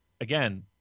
again